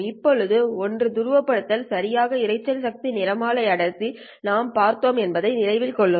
இப்போது ஒற்றை துருவப்படுத்தல் சரியான இரைச்சல் சக்தி நிறமாலை அடர்த்தி நாம் பார்த்தோம் என்பதை நினைவில் கொள்க